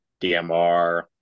DMR